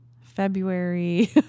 February